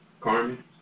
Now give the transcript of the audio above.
Carmen